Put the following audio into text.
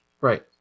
Right